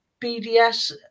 BDS